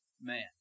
man